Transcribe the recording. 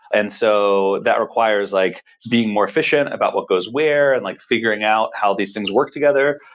and so, that requires like being more efficient about what goes where and like figuring out how these things work together.